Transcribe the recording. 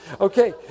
Okay